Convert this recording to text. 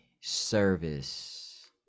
service